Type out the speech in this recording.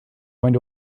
going